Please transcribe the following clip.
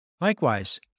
Likewise